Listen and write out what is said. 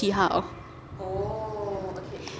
chi hao